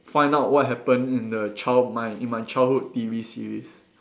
find out what happened in the child my in my childhood T_V series